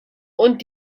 und